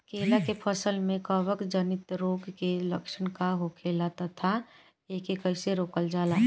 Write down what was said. केला के फसल में कवक जनित रोग के लक्षण का होखेला तथा एके कइसे रोकल जाला?